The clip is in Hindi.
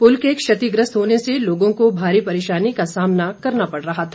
पुल के क्षतिग्रस्त होने से लोगों को भारी परेशानी का सामना करना पड़ रहा था